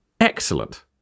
Excellent